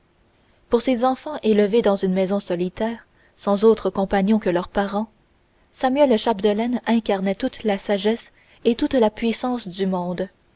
pour ces enfants élevés dans une maison solitaire sans autres compagnons que leurs parents samuel chapdelaine incarnait toute la sagesse et toute la puissance du monde